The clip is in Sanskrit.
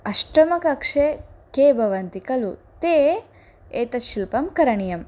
अष्टमकक्ष्यायां के भवन्ति खलु ते एतत् शिल्पं करणीयम्